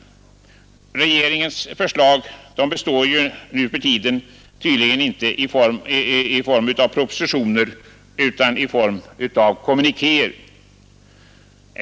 Förslagen från regeringen har nu för tiden tydligen inte formen av propositioner utan av kommunikéer.